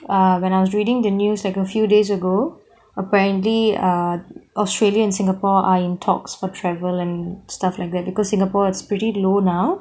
ah when I was reading the news like a few days ago apparently ah australia and singapore are in talks for travel and stuff like that because singapore it's pretty low now